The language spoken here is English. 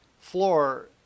floor